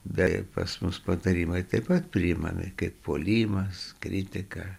beje pas mus patarimai taip pat priimami kaip puolimas kritika